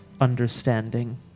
understanding